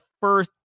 first